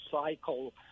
cycle